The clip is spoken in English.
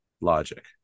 logic